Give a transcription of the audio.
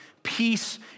Peace